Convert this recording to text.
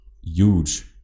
huge